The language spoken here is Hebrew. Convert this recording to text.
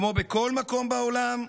כמו בכל מקום בעולם,